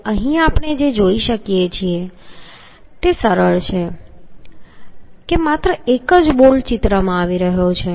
તો અહીં આપણે જે જોઈ શકીએ છીએ તે સરળ છે કે માત્ર એક બોલ્ટ ચિત્રમાં આવી રહ્યો છે